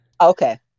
Okay